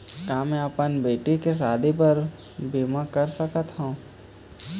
का मैं अपन बेटी के शादी बर बीमा कर सकत हव?